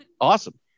Awesome